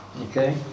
Okay